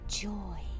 Joy